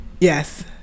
Yes